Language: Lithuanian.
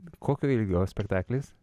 kokio ilgio spektaklis